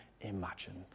imagined